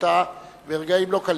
התנהגותה ברגעים לא קלים,